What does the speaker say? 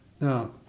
Now